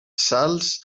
salts